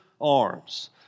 arms